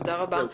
תודה רבה.